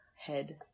Head